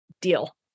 deal